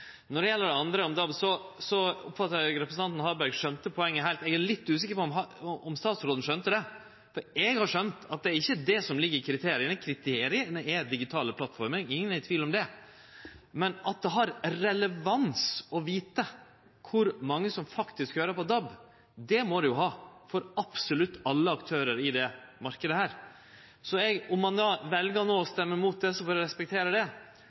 Når det gjeld det andre, om DAB, så oppfattar eg at representanten Harberg skjønte poenget heilt. Eg er litt usikker på om statsråden skjønte det, for eg har skjønt at det ikkje er det som ligg i kriteria. Kriteria er digitale plattformar, ingen er i tvil om det, men å vite kor mange som faktisk høyrer på DAB, må jo ha relevans for absolutt alle aktørar i den marknaden her. Om ein no vel å stemme imot det, får eg respektere det.